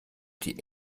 die